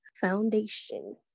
foundation